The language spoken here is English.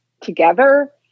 together